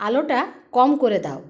আলোটা কম করে দাও